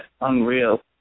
unreal